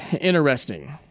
interesting